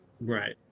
Right